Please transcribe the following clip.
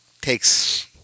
takes